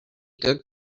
good